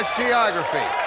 geography